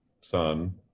son